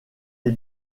est